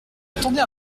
attendez